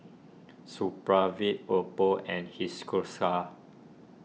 Supravit Oppo and